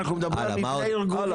אנחנו מדברים על מבנה ארגוני.